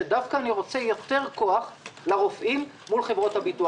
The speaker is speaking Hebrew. שאני דווקא רוצה יותר כוח לרופאים מול חברות הביטוח.